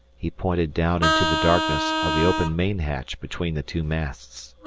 he pointed down into the darkness of the open main-hatch between the two masts.